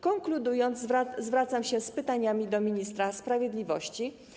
Konkludując, zwracam się z pytaniami do ministra sprawiedliwości.